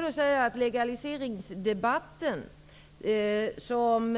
Den legaliseringsdebatt som